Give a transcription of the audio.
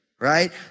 right